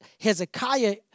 Hezekiah